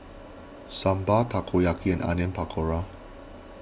Sambar Takoyaki and Onion Pakora